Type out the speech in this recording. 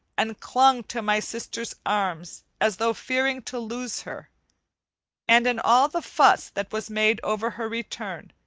and clung to my sister's arms as though fearing to lose her and in all the fuss that was made over her return,